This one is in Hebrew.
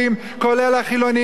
הם אוהבי תורה,